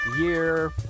year